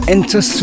Enter